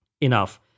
enough